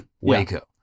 Waco